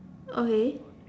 okay